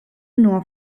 nur